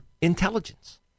intelligence